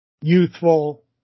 youthful